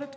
det.